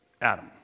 Adam